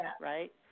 right